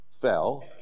fell